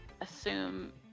assume